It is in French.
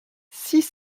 six